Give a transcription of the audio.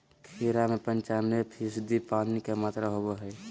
खीरा में पंचानबे फीसदी पानी के मात्रा होबो हइ